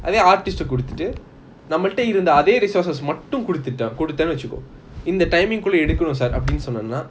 அதே:athey artist நமால்ட்டா இருந்த அதே:namalta iruntha athey resources மட்டும் குடுத்துட்டு:matum kuduthutu in the timing குள்ள எடுக்கணும்:kulla eadukanum sir